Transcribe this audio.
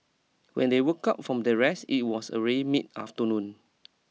when they woke up from their rest it was already mid afternoon